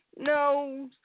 no